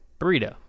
burrito